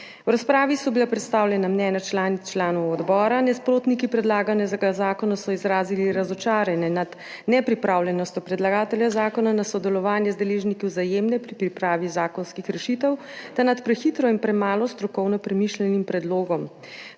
V razpravi so bila predstavljena mnenja članic in članov odbora. Nasprotniki predlaganega zakona so izrazili razočaranje nad nepripravljenostjo predlagatelja zakona na sodelovanje z deležniki Vzajemne pri pripravi zakonskih rešitev ter nad prehitro in premalo strokovno premišljenim predlogom.